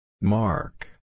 Mark